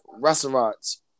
restaurants